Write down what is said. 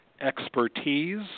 expertise